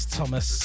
Thomas